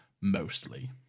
Mostly